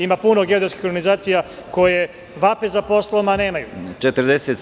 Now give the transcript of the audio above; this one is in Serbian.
Ima puno geodetskih organizacija koje vape za poslom, a nemaju ga.